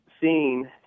seen